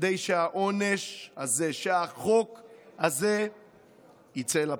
כדי שהחוק הזה יצא לפועל.